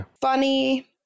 funny